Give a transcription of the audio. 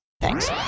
Thanks